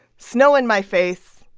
snow in my face,